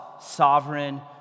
sovereign